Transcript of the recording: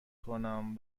کنم